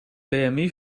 bmi